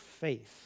faith